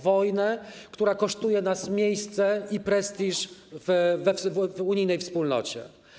Wojnę, która kosztuje nas miejsce i prestiż w unijnej wspólnocie.